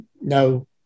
No